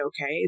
okay